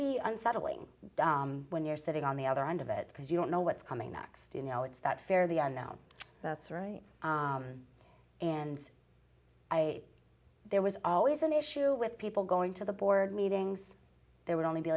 be unsettling when you're sitting on the other end of it because you don't know what's coming next you know it's that fair the i know that's right and i there was always an issue with people going to the board meetings there would only be